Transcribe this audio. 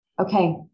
Okay